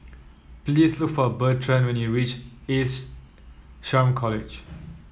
please look for Bertrand when you reach Ace SHRM College